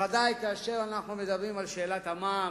בוודאי כאשר אנחנו מדברים על שאלת המע"מ,